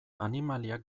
animaliak